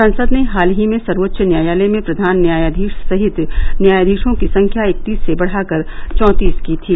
संसद ने हाल ही में सर्वोच्च न्यायालय में प्रधान न्यायाधीश सहित न्यायाधीशों की संख्या इकतीस से बढ़ाकर चौंतीस की थी